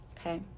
okay